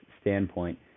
standpoint